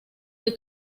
del